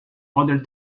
other